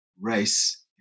race